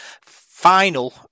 final